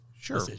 sure